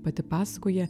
pati pasakoja